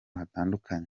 hatandukanye